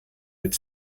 mit